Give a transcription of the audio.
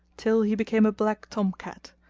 till he became a black tom cat,